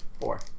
Four